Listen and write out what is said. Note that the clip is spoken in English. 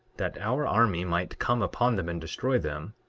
that our army might come upon them and destroy them